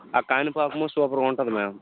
ఆ కాణిపాకము సూపర్గుంటుంది మ్యామ్